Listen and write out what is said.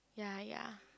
ya ya